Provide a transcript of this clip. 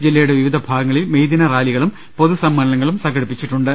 ജില്ലയുടെ വിവിധ ഭാഗങ്ങളിൽ മെയ്ദിന റാലികളും പൊതുസമ്മേളനങ്ങളും സംഘടിപ്പിച്ചിട്ടുണ്ട്